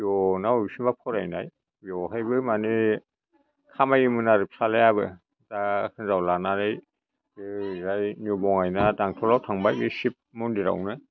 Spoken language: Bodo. फिअ ना बबेसिमबा फरायनाय बेवहायबो माने खामायोमोन आरो फिसालायाबो दा हिन्जाव लानानै बि ओरैजाइ निउ बङायना दांथलआव थांबाय बे सिब मन्दिरावनो